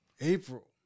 April